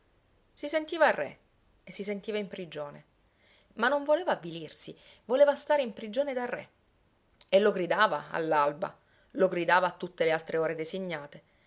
si sentiva re e si sentiva in prigione ma non voleva avvilirsi voleva stare in prigione da re e lo gridava all'alba lo gridava a tutte le altre ore designate